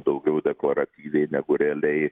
daugiau dekoratyviai negu realiai